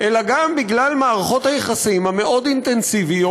אלא גם בגלל מערכות היחסים האינטנסיביות